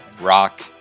Rock